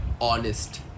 honest